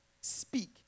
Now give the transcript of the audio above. speak